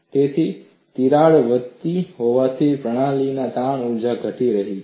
તેથી તિરાડ વધતી હોવાથી પ્રણાલીની તાણ ઊર્જા ઘટી રહી હતી